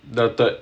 the third